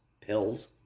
pills